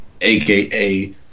Aka